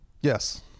Yes